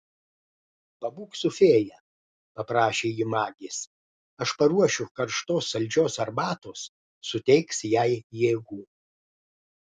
pabūk su fėja paprašė ji magės aš paruošiu karštos saldžios arbatos suteiks jai jėgų